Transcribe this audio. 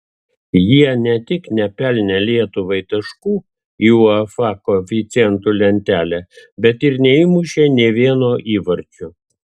jie ne tik nepelnė lietuvai taškų į uefa koeficientų lentelę bet ir neįmušė nė vieno įvarčio